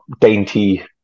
dainty